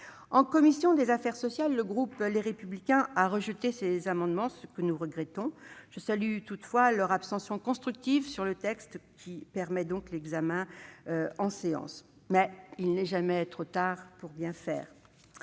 En commission des affaires sociales, les membres du groupe Les Républicains ont rejeté ces amendements, ce que nous regrettons. Je salue toutefois leur abstention constructive sur le texte, qui permet son examen en séance publique. Mes chers collègues, il n'est jamais trop tard pour bien faire